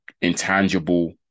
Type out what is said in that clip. intangible